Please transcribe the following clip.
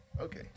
Okay